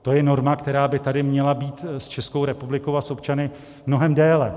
To je norma, která by tady měla být s Českou republikou a s občany mnohem déle.